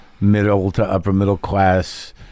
middle-to-upper-middle-class